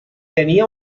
tenia